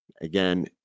Again